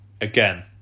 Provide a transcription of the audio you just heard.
Again